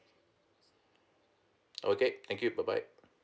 okay thank you bye bye